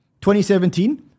2017